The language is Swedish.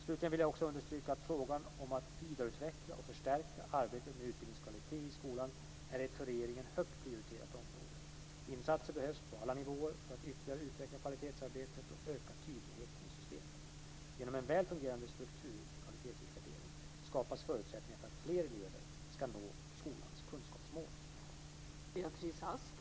Slutligen vill jag också understryka att frågan om att vidareutveckla och förstärka arbetet med utbildningens kvalitet i skolan är ett för regeringen högt prioriterat område. Insatser behövs på alla nivåer för att ytterligare utveckla kvalitetsarbetet och öka tydligheten i systemet. Genom en väl fungerande struktur för kvalitetsutvärdering skapas förutsättningar för att fler elever ska nå skolans kunskapsmål.